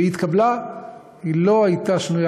וכשהיא התקבלה היא לא הייתה שנויה